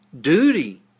duty